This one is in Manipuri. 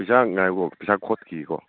ꯄꯩꯁꯥ ꯉꯥꯏꯈꯣ ꯄꯩꯁꯥ ꯈꯣꯠꯈꯤꯒꯦꯕꯀꯣ